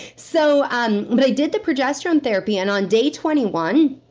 so um but i did the progesterone therapy, and on day twenty one,